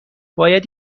باید